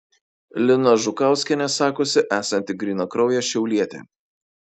lina žukauskienė sakosi esanti grynakraujė šiaulietė